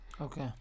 Okay